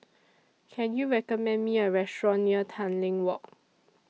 Can YOU recommend Me A Restaurant near Tanglin Walk